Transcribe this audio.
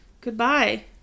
Goodbye